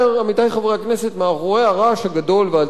מאחורי הרעש הגדול והצלצולים הרמים,